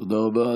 תודה רבה.